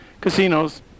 casinos